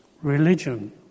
religion